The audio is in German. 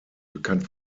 bekannt